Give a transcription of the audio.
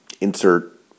insert